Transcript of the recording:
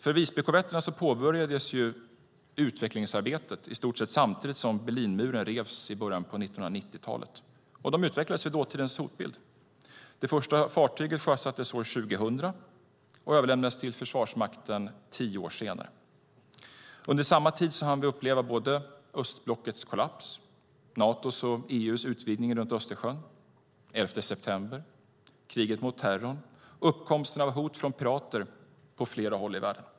För Visbykorvetterna påbörjades utvecklingsarbetet i stort sett samtidigt som Berlinmuren revs, i början av 1990-talet, och de utvecklades för dåtidens hotbild. Det första fartyget sjösattes år 2000 och överlämnades till Försvarsmakten tio år senare. Under samma tid hann vi uppleva östblockets kollaps, Natos och EU:s utvidgning runt Östersjön, den 11 september, kriget mot terrorn och uppkomsten av hot från pirater på flera håll i världen.